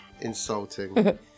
Insulting